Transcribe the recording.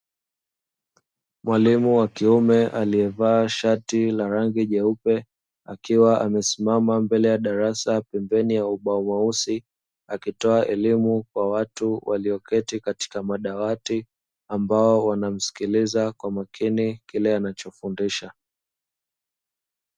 Mwalimu wa kiume aliyevaa shati la rangi nyeupe, akiwa amesimama mbele ya darasa pembeni ya ubao mweusi. Akitoa elimu kwa watu walioketi katika madawati, ambao wanamsikiliza kwa makini kile ambacho anachofundisha.